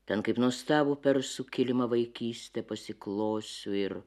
ten kaip nuostabų per sukilimą vaikystę pasiklosiu ir